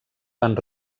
van